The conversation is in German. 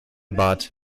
bart